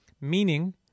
meaning